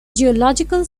geological